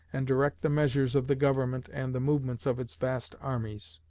and direct the measures of the government and the movements of its vast armies.